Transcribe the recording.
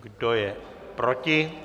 Kdo je proti?